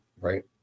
right